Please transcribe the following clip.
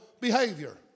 behavior